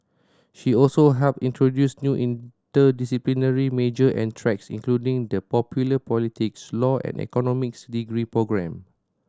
she also helped introduce new interdisciplinary major and tracks including the popular politics law and economics degree programme